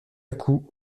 coup